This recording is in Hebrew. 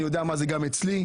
גם אני.